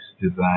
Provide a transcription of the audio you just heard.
design